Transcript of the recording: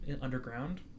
underground